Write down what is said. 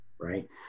Right